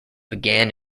began